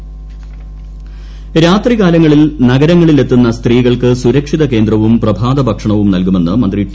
രാമകൃഷ്ണൻ രാത്രികാലങ്ങളിൽ നഗരങ്ങളിലെത്തുന്ന സ്ത്രീകൾക്ക് സുരക്ഷിത കേന്ദ്രവും പ്രഭാത ഭക്ഷണവും നൽകുമെന്ന് മന്ത്രി ടി